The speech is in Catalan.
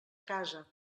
casa